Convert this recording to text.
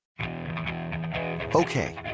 Okay